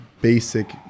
basic